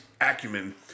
acumen